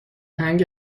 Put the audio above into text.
هنگ